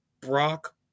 Brock